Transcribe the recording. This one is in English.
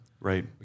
Right